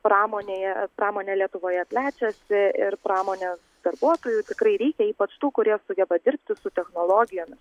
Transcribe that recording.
pramonėje pramonė lietuvoje plečiasi ir pramonės darbuotojų tikrai reikia ypač tų kurie sugeba dirbti su technologijomis